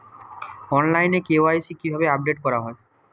অনলাইনে কে.ওয়াই.সি কিভাবে আপডেট করা হয়?